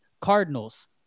Cardinals